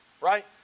Right